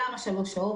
למה שלוש שעות?